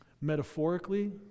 metaphorically